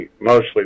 mostly